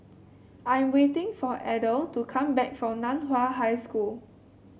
I am waiting for Adel to come back from Nan Hua High School